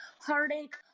heartache